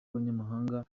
abanyamahanga